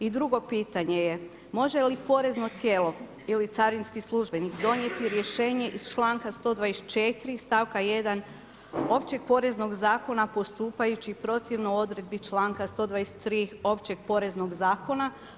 I drugo pitanje je može li porezno tijelo ili carinski službenik donijeti rješenje iz članka 124. stavka 1. općeg poreznog zakona postupajući protivno odredbi članka 123. općeg poreznog zakona?